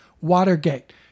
Watergate